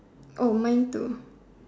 mine too